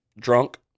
drunk